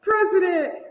president